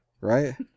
right